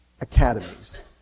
academies